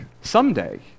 Someday